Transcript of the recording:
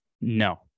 no